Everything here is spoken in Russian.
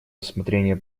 рассмотрения